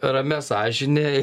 ramia sąžine